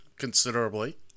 Considerably